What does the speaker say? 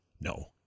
no